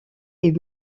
est